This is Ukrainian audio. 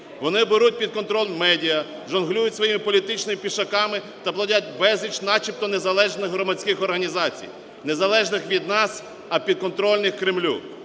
Вони беруть під контроль медіа, жонглюють своїми політичними пішаками та плодять безліч начебто незалежних громадських організацій, незалежних від нас, а підконтрольних Кремлю.